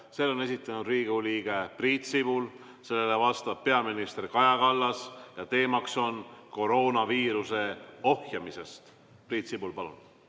Selle on esitanud Riigikogu liige Priit Sibul, sellele vastab peaminister Kaja Kallas. Teemaks on koroonaviiruse ohjamine. Priit Sibul, palun!